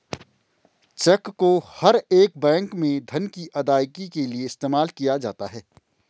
check को हर एक बैंक में धन की अदायगी के लिये इस्तेमाल किया जाता है